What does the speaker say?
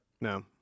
No